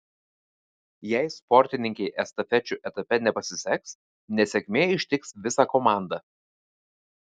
jei sportininkei estafečių etape nepasiseks nesėkmė ištiks visą komandą